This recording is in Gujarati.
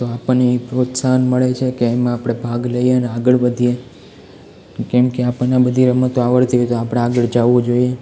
તો આપણને એ પ્રોત્સાહન મળે છે કે એમાં આપળે ભાગ લઈએને આગળ વધીએ કેમકે આપણને આ બધી રમતો આવડતી હોય તો આપણા આગળ જવું જોઈએ